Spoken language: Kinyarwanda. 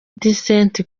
decent